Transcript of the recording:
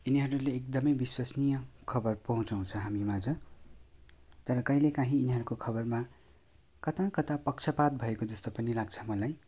यिनीहरूले एकदमै विश्वसनीय खबर पहुचाउँछ हामीमाझ तर कहिले काहीँ यिनीहरूको खबरमा कताकता पक्षपात भएको जस्तो पनि लाग्छ मलाई